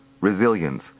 resilience